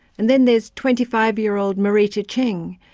and then there's twenty five year old marita cheng,